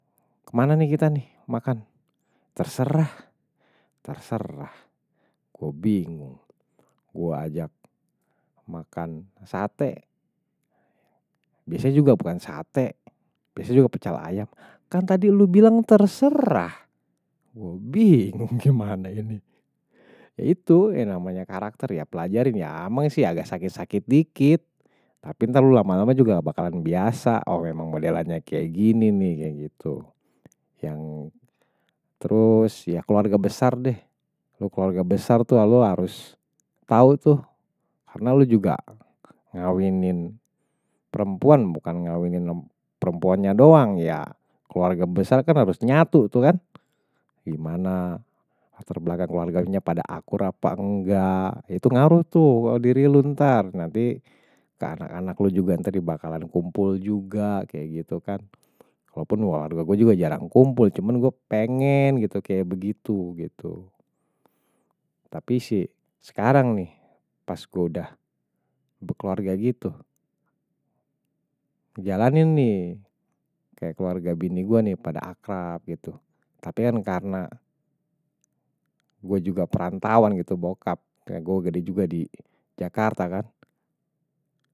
Kemana nih kita nih makan terserah, terserah gue bingung gue ajak makan sate biasa juga bukan sate biasa juga pecel ayam kan tadi lu bilang terserah gue bingung gimana ini itu namanya karakter ya pelajarin ya ameng sih agak sakit-sakit dikit tapi ntar lu lama-lama juga bakalan biasa oh memang modelannya kayak gini nih kayak gitu yang terus ya keluarga besar deh lu keluarga besar tuh harus tahu tuh karena lu juga ngawinin perempuan bukan ngawinin perempuannya doang ya keluarga besar kan harus nyatu tuh kan, gimana atur belakang keluarganya pada akur apa enggak itu ngaruh tuh kalau diri lu ntar nanti anak-anak lu juga ntar di bakalan kumpul juga kayak gitu kan walaupun walaupun gue juga jarang kumpul cuman gue pengen gitu kayak begitu gitu tapi sih sekarang nih pas gue udah bekerja gitu jalanin nih kayak keluarga bini gue nih pada akrab gitu tapi kan karena gue juga perantawan gitu bokap kayak gue gede juga di jakarta kan.